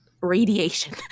radiation